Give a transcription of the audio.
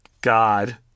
God